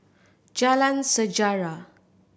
Jalan Sejarah